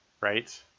right